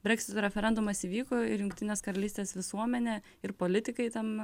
breksito referendumas įvyko ir jungtinės karalystės visuomenė ir politikai ten